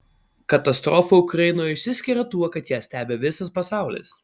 katastrofa ukrainoje išsiskiria tuo kad ją stebi visas pasaulis